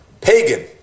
pagan